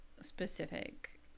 specific